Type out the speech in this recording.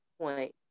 point